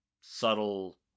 subtle